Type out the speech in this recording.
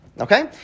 Okay